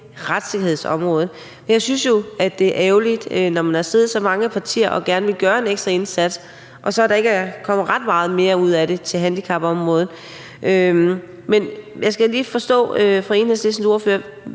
retssikkerhedsområdet. For jeg synes jo, det er ærgerligt, når man har siddet så mange partier og gerne vil gøre en ekstra indsats, at der så ikke er kommet ret meget mere ud af det til handicapområdet. Men jeg skal lige forstå fra Enhedslistens ordfører: